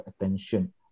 attention